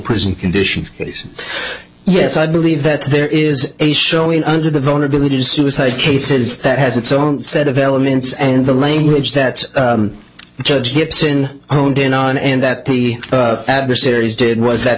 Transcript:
prison conditions cases yes i believe that there is a showing under the vulnerabilities suicide cases that has its own set of elements and the language that judge hips in own down on and that the adversary's did was that